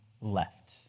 left